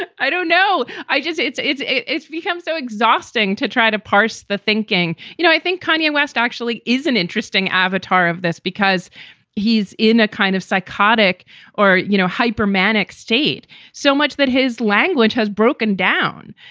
and i don't know. i just it's it's become so exhausting to try to pass the thinking. you know, i think kanye west actually is an interesting avatar of this because he's in a kind of psychotic or you know hypomanic state so much that his language has broken down.